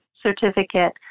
certificate